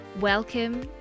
Welcome